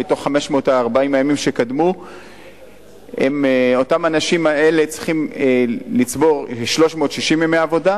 מתוך 540 הימים שקדמו אותם אנשים צריכים לצבור 360 ימי עבודה,